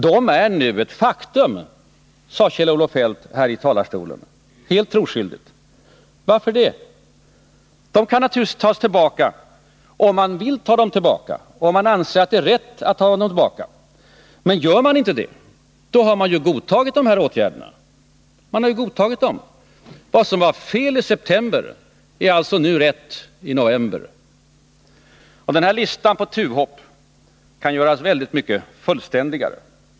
De är nu ett faktum, sade Kjell-Olof Feldt helt troskyldigt från denna talarstol. Varför det? De kan naturligtvis tas tillbaka, om man vill ta tillbaka dem och om man anser att det är riktigt att göra det. Men om man inte ställer det kravet, har man godtagit dessa åtgärder. Vad som var fel i september är alltså rätt nu i november. Denna lista på tuvhopp kan göras ännu mycket fullständigare.